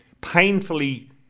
painfully